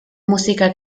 música